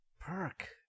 Perk